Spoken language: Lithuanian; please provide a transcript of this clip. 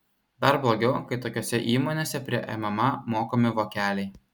dar blogiau kai tokiose įmonėse prie mma mokami vokeliai